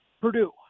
Purdue